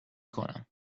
کنم